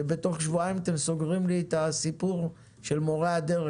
שבתוך שבועיים אתם סוגרים לי את הסיפור של מורי הדרך.